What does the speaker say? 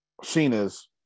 Sheena's